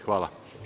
Hvala.